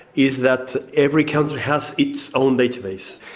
is that every country has its own database,